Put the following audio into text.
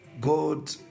God